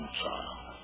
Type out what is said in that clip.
child